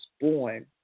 born